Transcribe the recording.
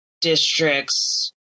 districts